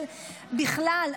של בכלל.